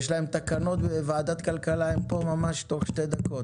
כשיש להם תקנות פה בוועדת הכלכלה הם מגיעים לפה תוך שתי דקות.